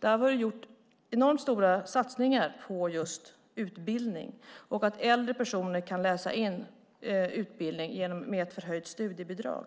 Vi har gjort enormt stora satsningar på just utbildning och att äldre personer kan läsa in utbildning med ett förhöjt studiebidrag.